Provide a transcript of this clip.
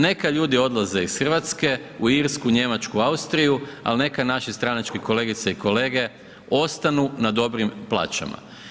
Neka ljudi odlaze iz Hrvatske u Irsku, Njemačku, Austriju, ali neka naši stranački kolegice i kolege ostanu na dobrim plaćama.